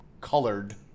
colored